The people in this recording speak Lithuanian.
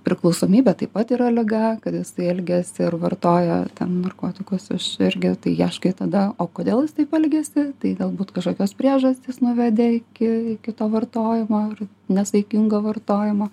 priklausomybė taip pat yra liga kad jis elgiasi ir vartoja narkotikus aš irgi ieškai tada o kodėl jis taip elgiasi tai galbūt kažkokios priežastys nuvedė iki iki to vartojimo ar nesaikingo vartojimo